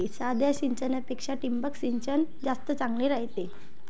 साध्या सिंचनापेक्षा ठिबक सिंचन जास्त चांगले रायते